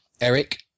Eric